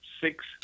six